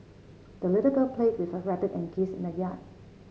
the little girl played with her rabbit and geese in the yard